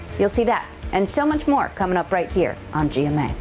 we'll see that and so much more coming up right here on gma.